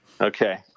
okay